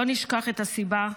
לא נשכח את הסיבה,